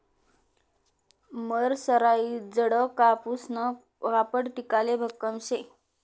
मरसराईजडं कापूसनं कापड टिकाले भक्कम शे